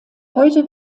heute